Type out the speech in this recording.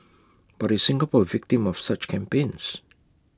but is Singapore A victim of such campaigns